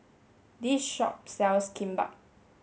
this shop sells Kimbap